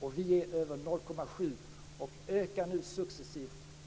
Vi ger över 0,7 %, och det ökar successivt.